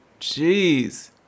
Jeez